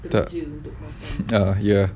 tak ah ya